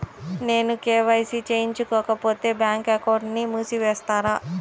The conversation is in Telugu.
నేను కే.వై.సి చేయించుకోకపోతే బ్యాంక్ అకౌంట్ను మూసివేస్తారా?